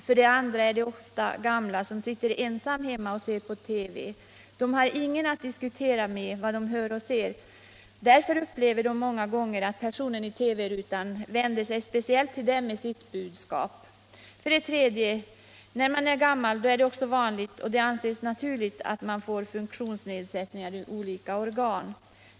För det andra är det ofta gamla som sitter ensamma och ser på TV. De har ingen att diskutera med om vad de ser och hör. Därför upplever de det många gånger så att personer i TV-rutan vänder sig speciellt till dem med sitt budskap. För det tredje är det också vanligt och helt naturligt att man får funktionsnedsättningar i olika organ när man blir gammal.